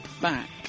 back